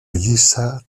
lliça